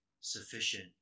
sufficient